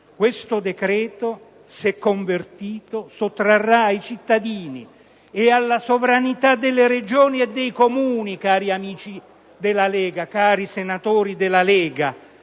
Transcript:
Questo decreto, se convertito in legge, sottrarrà ai cittadini e alla sovranità delle Regioni e dei Comuni - cari amici della Lega, cari senatori della Lega